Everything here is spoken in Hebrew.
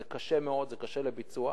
זה קשה מאוד, זה קשה לביצוע,